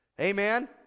Amen